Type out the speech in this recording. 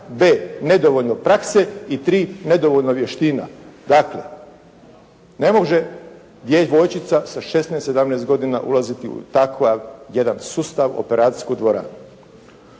b) nedovoljno prakse i 3. nedovoljno vještina.» Dakle ne može djevojčica sa 16, 17 godina ulaziti u takav jedan sustav, operacijsku dvoranu.